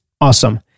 awesome